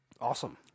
Awesome